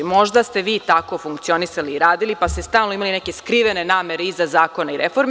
Možda ste vi tako funkcionisali i radili, pa ste stalno imali neke skrivene namere iza zakona i reformi.